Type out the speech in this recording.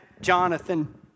Jonathan